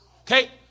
Okay